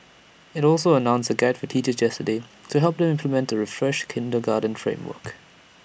IT also announced A guide for teachers yesterday to help them implement the refreshed kindergarten framework